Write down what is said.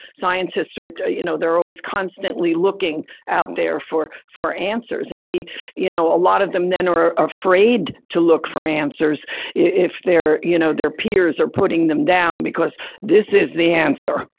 scientists are you know, they're always constantly looking out there for for answers. and they you know, a lot of them then are are afraid to look for answers if their, you know, their peers are putting them down because this is the answer.